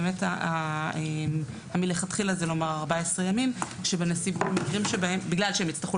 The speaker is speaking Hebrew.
באמת מלכתחילה זה לומר 14 ימים בגלל שהם יצטרכו